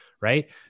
Right